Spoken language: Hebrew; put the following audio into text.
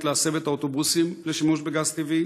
להסב את האוטובוסים לשימוש בגז טבעי?